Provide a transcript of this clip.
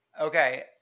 Okay